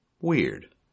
Weird